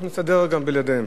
אנחנו נסתדר גם בלעדיהם.